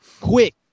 Quick